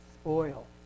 spoil